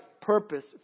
purpose